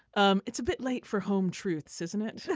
um it's a bit late for home truths isn't it